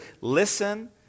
listen